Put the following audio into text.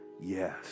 Yes